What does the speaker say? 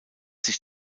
sich